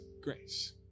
grace